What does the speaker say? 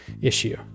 issue